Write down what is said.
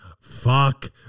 fuck